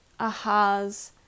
ahas